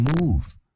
move